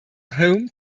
home